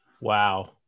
Wow